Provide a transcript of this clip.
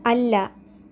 അല്ല